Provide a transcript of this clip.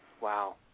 Wow